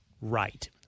right